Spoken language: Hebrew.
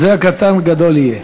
זה הקטן גדול יהיה.